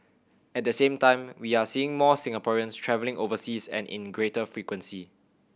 at the same time we are seeing more Singaporeans travelling overseas and in greater frequency